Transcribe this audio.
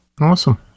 Awesome